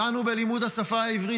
דנו בלימוד השפה העברית,